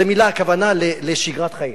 זו מלה, הכוונה לשגרת חיים.